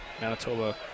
Manitoba